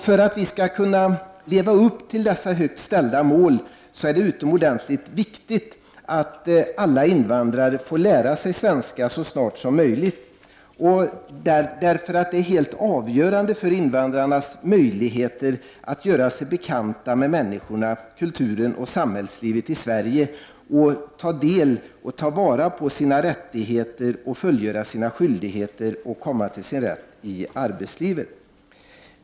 För att vi skall kunna leva upp till dessa högt ställda mål är det utomordentligt viktigt att alla invandrare får lära sig svenska så snart som möjligt. Det är helt avgörande för invandrarnas möjligheter att göra sig bekanta med människorna, kulturen och samhällslivet i Sverige och ta till vara sina rättigheter och fullgöra sina skyldigheter och komma till sin rätt i arbetslivet.